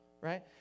right